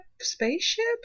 spaceship